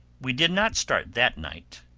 we did not start that night,